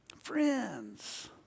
Friends